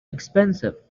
expensive